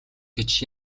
гэж